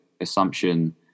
assumption